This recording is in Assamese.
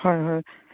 হয় হয়